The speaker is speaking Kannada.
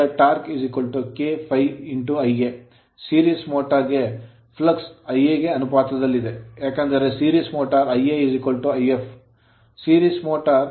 series motor ಸರಣಿ ಮೋಟರ್ ಗೆ flux ಫ್ಲಕ್ಸ್ Ia ಗೆ ಅನುಪಾತದಲ್ಲಿದೆ ಏಕೆಂದರೆ series motor ಸರಣಿ ಮೋಟರ್ Ia If ನಲ್ಲಿ